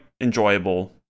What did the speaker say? enjoyable